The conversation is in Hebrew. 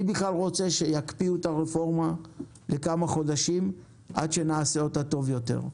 אני בכלל רוצה שיקפיאו את הרפורמה לכמה חודשים עד שנעשה אותה טוב יותר,